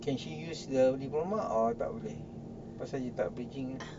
can she use the diploma or tak boleh pasal dia tak bridging